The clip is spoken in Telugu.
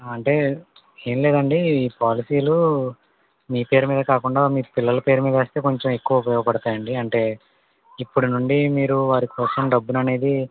అంటే ఏం లేదండి ఈ పాలసీలు మీ పేరు మీద కాకుండా మీ పిల్లల పేరు మీద ఏస్తే కొంచెం ఎక్కువ ఉపయోగపడతాయండి అంటే ఇప్పుడు నుండి మీరు వారి కోసం డబ్బుననేది